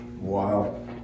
Wow